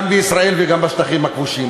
גם בישראל וגם בשטחים הכבושים.